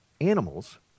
animals